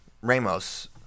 Ramos